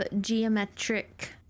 geometric